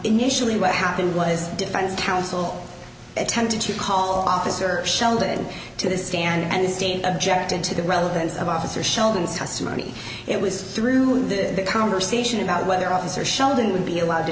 initially what happened was defense counsel attempted to call officer sheldon to the stand and the state objected to the relevance of officer sheldon's testimony it was through this conversation about whether officer sheldon would be allowed to